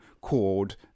called